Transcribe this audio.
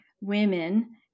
women